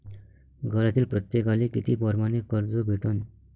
घरातील प्रत्येकाले किती परमाने कर्ज भेटन?